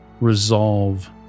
resolve